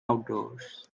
outdoors